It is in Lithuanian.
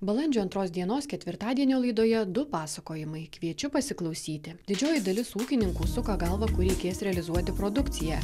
balandžio antros dienos ketvirtadienio laidoje du pasakojimai kviečiu pasiklausyti didžioji dalis ūkininkų suko galvą kur reikės realizuoti produkciją